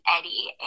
Eddie